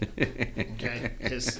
Okay